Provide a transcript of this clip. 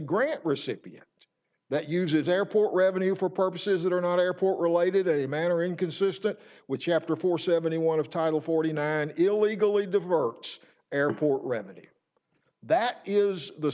grant recipient that uses airport revenue for purposes that are not airport related a manner inconsistent with chapter four seventy one of title forty nine illegally diverts airport remedy that is the